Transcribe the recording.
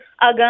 Agam